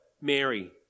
Mary